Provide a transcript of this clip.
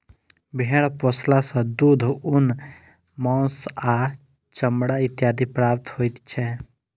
भेंड़ पोसला सॅ दूध, ऊन, मौंस आ चमड़ा इत्यादि प्राप्त होइत छै